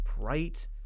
bright